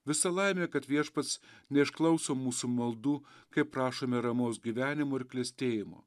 visa laimė kad viešpats neišklauso mūsų maldų kai prašome ramaus gyvenimo ir klestėjimo